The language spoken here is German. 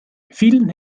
vielen